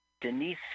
Denise